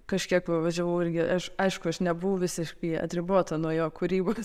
kažkiek va važiavau irgi aš aišku aš nebuvau visiškai atribota nuo jo kūrybos